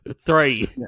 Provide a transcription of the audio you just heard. Three